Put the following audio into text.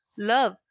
love,